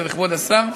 זה לכבוד השר?